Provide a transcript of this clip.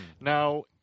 Now